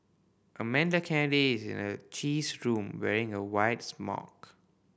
Amanda Kennedy is in her cheese room wearing a white smock